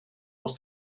aus